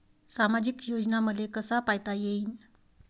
सामाजिक योजना मले कसा पायता येईन?